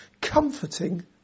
comforting